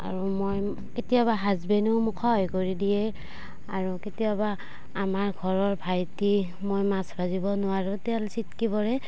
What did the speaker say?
আৰু মই কেতিয়াবা হাজবেণ্ডেও মোক সহায় কৰি দিয়ে আৰু কেতিয়াবা আমাৰ ঘৰৰ ভাইটি মই মাছ ভাজিব নোৱাৰোঁ তেল ছিটিকি পৰে